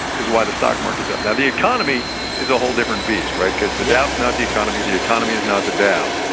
is why the stock market's up. now, the economy is a whole different beast, right? because. yeah. the dow's not the economy. the economy is not the dow.